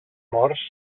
morts